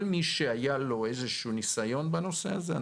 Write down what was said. התייעצנו עם כל מי שהיה לו איזשהו ניסיון בנושא הזה.